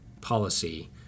policy